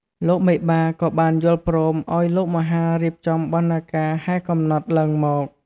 លោកមេបា ក៏បានយល់ព្រមឲ្យលោកមហារៀបចំបណ្ណាការហែកំណត់ ឡើងមក។